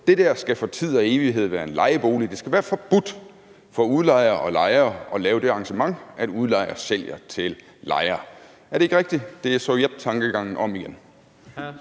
det der skal for tid og evighed være en lejebolig. Det skal være forbudt for udlejer og lejer at lave det arrangement, at udlejer sælger til lejer. Er det ikke rigtigt? Det er sovjettankegangen om igen.